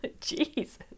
jesus